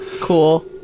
Cool